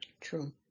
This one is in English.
True